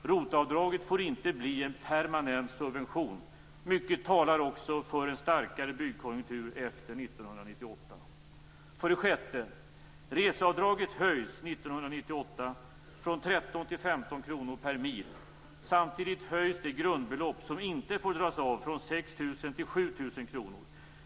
ROT avdraget får inte bli en permanent subvention. Mycket talar också för en starkare byggkonjunktur efter 1998. För det sjätte: Reseavdraget höjs 1998 från 13 kr till 15 kr per mil. Samtidigt höjs det grundbelopp som inte får dras av från 6 000 kr till 7 000 kr.